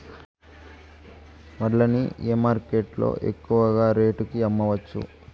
వడ్లు ని ఏ మార్కెట్ లో ఎక్కువగా రేటు కి అమ్మవచ్చు?